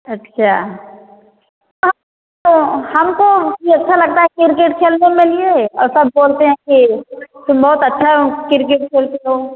अच्छा हमको भी अच्छा लगता है किरकेट खेलने के लिए और सब बोलते हैं कि तुम बहुत अच्छा किरकेट खेलती हो